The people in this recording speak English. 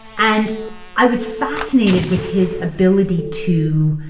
and i was fascinated with his ability to